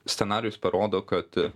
scenarijus parodo kad